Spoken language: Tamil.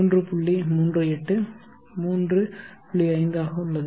38 35 ஆக உள்ளது